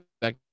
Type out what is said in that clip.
back